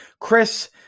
Chris